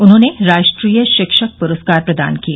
उन्होंने राष्ट्रीय शिक्षक पुरस्कार प्रदान किए